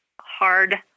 hard